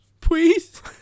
Please